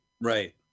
Right